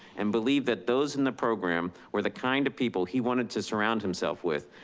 and believe that those in the program were the kind of people he wanted to surround himself with.